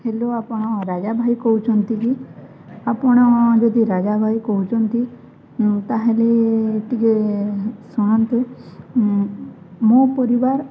hello ଆପଣ ରାଜା ଭାଇ କହୁଛନ୍ତି କି ଆପଣ ଯଦି ରାଜା ଭାଇ କହୁଛନ୍ତି ତାହେଲେ ଟିକେ ଶୁଣନ୍ତୁ ମୋ ପରିବାର